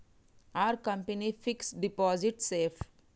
Are company fixed deposit safe?